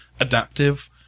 adaptive